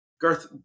Garth